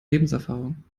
lebenserfahrung